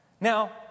Now